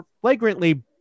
flagrantly